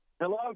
Hello